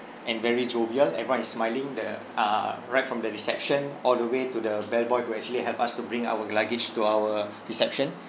and very jovial everyone is smiling the uh right from the reception all the way to the bell boy who actually help us to bring our luggage to our reception